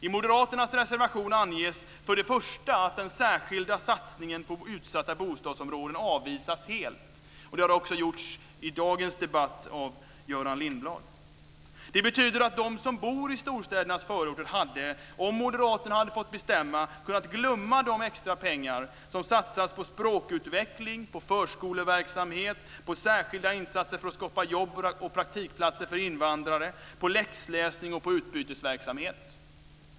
I moderaternas reservation anges först och främst att den särskilda satsningen på utsatta bostadsområden avvisas helt. Det har den också gjorts i dagens debatt av Göran Lindblad. Det betyder att de som bor i storstädernas förorter hade, om moderaterna hade fått bestämma, kunnat glömma de extra pengar som satsas på språkutveckling, på förskoleverksamhet, på särskilda insatser för att skapa jobb och praktikplatser för invandrare, på läxläsning och på utbytesverksamhet.